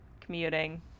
commuting